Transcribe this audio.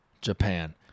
Japan